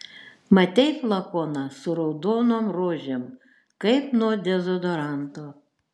matei flakoną su raudonom rožėm kaip nuo dezodoranto